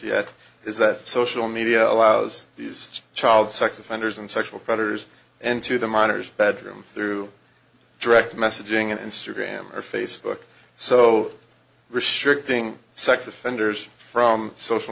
yet is that social media allows these child sex offenders and sexual predators into the minors bedroom through direct messaging and instagram or facebook so restricting sex offenders from social